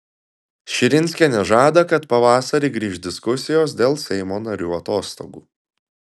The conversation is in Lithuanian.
širinskienė žada kad pavasarį grįš diskusijos dėl seimo narių atostogų